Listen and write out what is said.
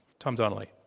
tom donnelly.